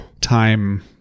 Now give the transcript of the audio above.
time